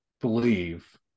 believe